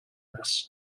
this